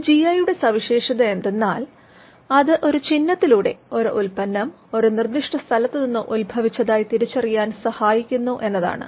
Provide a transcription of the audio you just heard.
ഒരു ജിഐയുടെ സവിശേഷത എന്തെന്നാൽ അത് ഒരു ചിഹ്നത്തിലുടെ ഒരു ഉൽപ്പന്നം ഒരു നിർദിഷ്ട സ്ഥലത്തു നിന്ന് ഉത്ഭവിച്ചതായി തിരിച്ചറിയാൻ സഹായിക്കുന്നു എന്നതാണ്